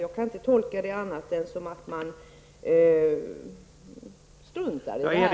Jag kan inte tolka det på annat sätt än att man struntar -